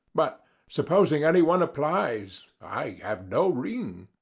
but supposing anyone applies, i have no ring.